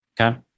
Okay